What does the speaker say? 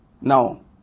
Now